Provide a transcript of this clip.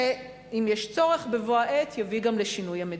שאם יש צורך, בבוא העת יביא גם לשינוי המדיניות.